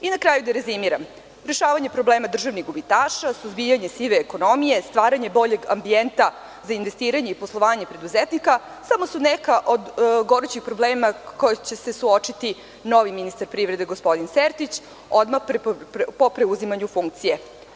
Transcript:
Na kraju da rezimiram, rešavanje problema državnih gubitaša, suzbijanje sive ekonomije, stvaranje boljeg ambijenta za investiranje i poslovanje preduzetnika samo su i neki od gorućih problema sa kojim će se suočiti novi ministar privrede, gospodin Sertić, odmah po preuzimanju funkcije.